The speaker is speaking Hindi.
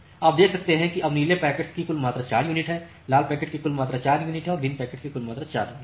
आप देख सकते हैं कि अब नीले पैकेट्स की कुल मात्रा 4 यूनिट है लाल पैकेट्स की कुल राशि 4 यूनिट है और ग्रीन पैकेट्स की कुल राशि फिर से 4 यूनिट है